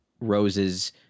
roses